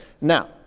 Now